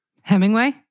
Hemingway